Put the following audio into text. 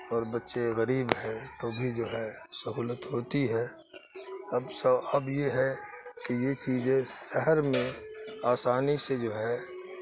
اور بچے غریب ہیں تو بھی جو ہے سہولت ہوتی ہے اب اب یہ ہے کہ یہ چیزیں شہر میں آسانی سے جو ہے